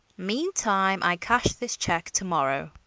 meantime, i cash this check to-morrow.